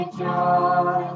joy